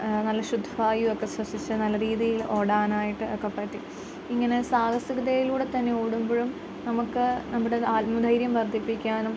നല്ല ശുദ്ധവായു ഒക്കെ ശ്വസിച്ച് നല്ല രീതിയിൽ ഓടാനായിട്ട് ഒക്കെ പറ്റി ഇങ്ങനെ സാഹസികതയിലൂടെ തന്നെ ഓടുമ്പോഴും നമുക്ക് നമ്മുടെ ആത്മധൈര്യം വർദ്ധിപ്പിക്കാനും